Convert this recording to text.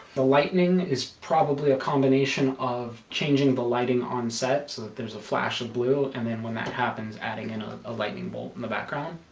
the lightning is probably a combination of changing the lighting on set so that there's a flash of blue and then when that happens adding in ah a lightning bolt in the background